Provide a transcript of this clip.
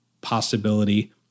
possibility